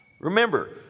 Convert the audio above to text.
Remember